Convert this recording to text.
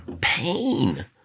pain